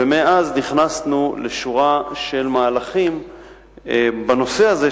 ומאז נכנסנו לשורה של מהלכים בנושא הזה,